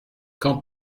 quand